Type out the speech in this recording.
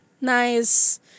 nice